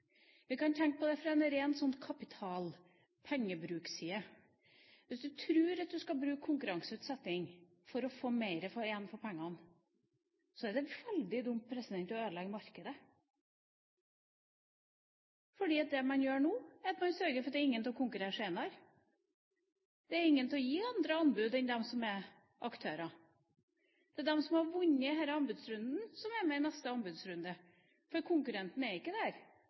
Vi kan tenke på det fra en ren kapital-/pengebruksside. Hvis du tror at du skal bruke konkurranseutsetting for å få mer igjen for pengene, er det veldig dumt å ødelegge markedet. For det man gjør nå, er å sørge for at det ikke er noen til å konkurrere senere – det er ingen til å gi andre anbud enn de som er aktører. Det er de som har vunnet disse anbudsrundene, som er med i neste anbudsrunde, for konkurrenten er ikke der.